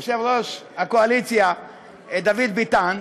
יושב-ראש הקואליציה דוד ביטן,